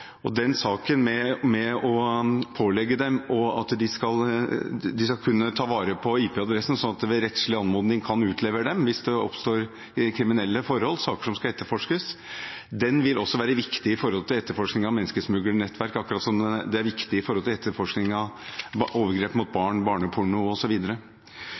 Den saken med å pålegge dem at de skal kunne ta vare på IP-adressene sånn at de ved rettslig anmodning kan utlevere dem – hvis det oppstår kriminelle forhold og saker som skal etterforskes – vil også være viktig med hensyn til etterforskning av menneskesmuglernettverk, akkurat som det er viktig med hensyn til etterforskning av overgrep mot